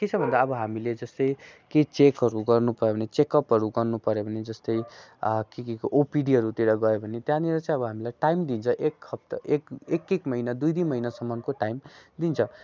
के छ भन्दा अब हामीले जस्तै के चेकहरू गर्नु गयो भने चेक अपहरू गर्नु पऱ्यो भने जस्तै के के को ओपिडीहरूतिर गयो भने त्यहाँनिर चाहिँ अब हामीलाई टाइम दिन्छ एक हफ्ता एक एक महिना दुई दुई महिनासम्मको टाइम दिन्छ